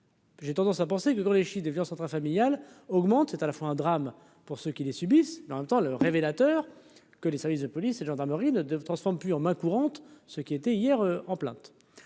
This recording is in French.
J'ai tendance à penser que dans les chiffres des violences intrafamiliales augmente, c'est à la fois un drame pour ceux qui les subissent, mais en même temps le révélateur que les services de police et de gendarmerie de transforme plus en main courante, ce qui était hier en plainte